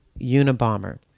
Unabomber